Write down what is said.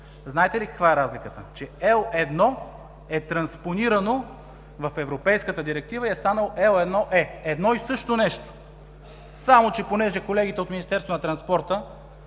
Знаете ли каква е разликата? L1 е транспонирано в Европейската директива и е станал L1e. Едно и също нещо. Само че, понеже на колегите от Министерството на транспорта